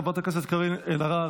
חבר הכנסת ניסים ואטורי,